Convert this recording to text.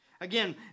Again